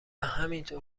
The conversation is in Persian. همینطور